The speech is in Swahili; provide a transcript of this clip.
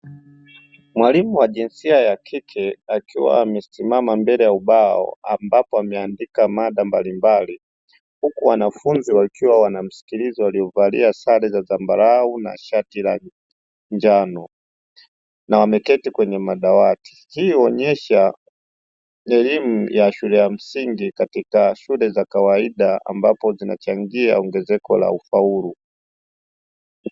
Mwalimu wa jinsia ya kike akiwa amesimama mbele ya ubao, ambapo ameandika mada mbalimbali, huku wanafunzi wakiwa wanamsikiliza, waliovalia sare za zambarau na shati la njano na wameketi kwenye madawati. Hii huonyesha elimu ya shule ya msingi katika shule za kawaida, ambapo zinachangia ongezeko la ufaulu.